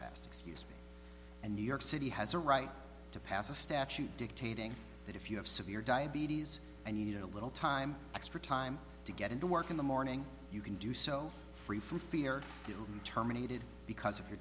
excuse me and new york city has a right to pass a statute dictating that if you have severe diabetes and you know a little time extra time to get into work in the morning you can do so free from fear terminated because of your